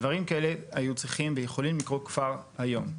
דברים כאלה היו צריכים ויכולים לקרות כבר היום.